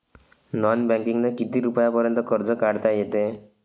Non बँकिंगनं किती रुपयापर्यंत कर्ज काढता येते?